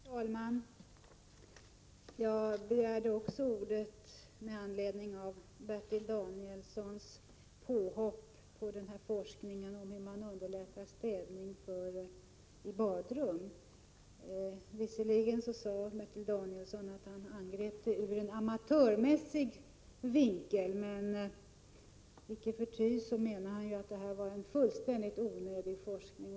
Herr talman! Även jag begärde ordet med anledning av Bertil Danielssons påhopp på forskningen om hur man underlättar städning av badrum. Visserligen sade Bertil Danielsson att han angrep det hela ur en amatörmässig synvinkel, men icke förty menade han att detta var en fullständigt onödig forskning.